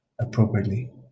appropriately